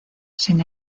sin